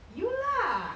you lah